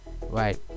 right